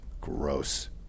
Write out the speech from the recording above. gross